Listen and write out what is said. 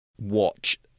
watch